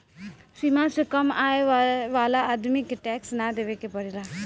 सीमा से कम आय वाला आदमी के टैक्स ना देवेके पड़ेला